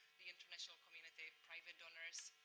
the international community, private donors?